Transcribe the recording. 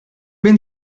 been